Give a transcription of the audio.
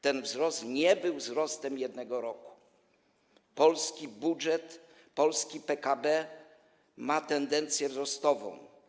Ten wzrost nie był wzrostem jednego roku, polski budżet, polski PKB ma tendencję wzrostową.